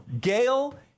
Gail